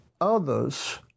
others